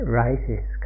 rises